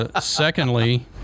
Secondly